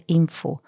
info